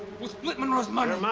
we'll split monroe's money.